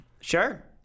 Sure